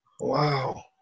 Wow